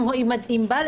אם בעל